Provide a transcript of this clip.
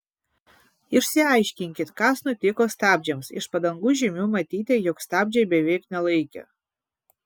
išsiaiškinkit kas nutiko stabdžiams iš padangų žymių matyti jog stabdžiai beveik nelaikė